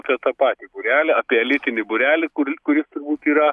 apie tą patį būrelį apie elitinį būrelį kuri kuris turbūt yra